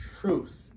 truth